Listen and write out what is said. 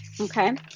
Okay